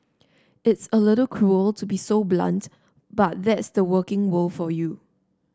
it's a little cruel to be so blunt but that's the working world for you